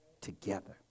together